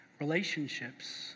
relationships